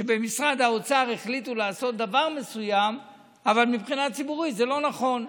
שבמשרד האוצר החליטו לעשות דבר מסוים אבל מבחינה ציבורית זה לא נכון,